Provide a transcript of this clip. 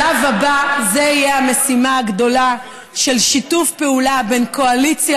זו תהיה המשימה הגדולה של שיתוף פעולה בין קואליציה